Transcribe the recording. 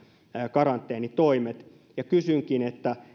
karanteenitoimet kysynkin